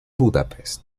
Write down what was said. budapest